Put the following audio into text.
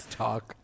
talk